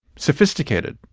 sophisticated,